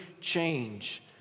change